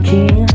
King